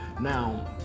Now